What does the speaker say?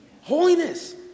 Holiness